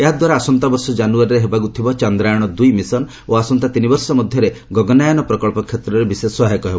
ଏହାଦ୍ୱାରା ଆସନ୍ତା ବର୍ଷ ଜାନୁୟାରୀରେ ହେବାକୁ ଥିବା ଚାନ୍ଦ୍ରାୟଣ ଦୁଇ ମିଶନ ଓ ଆସନ୍ତା ତିନିବର୍ଷ ମଧ୍ୟରେ ଗଗନ୍ୟାୟକ ପ୍ରକଳ୍ପ କ୍ଷେତ୍ରରେ ବିଶେଷ ସହାୟକ ହେବ